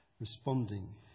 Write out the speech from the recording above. responding